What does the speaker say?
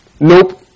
Nope